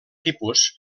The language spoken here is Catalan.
tipus